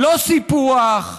לא סיפוח,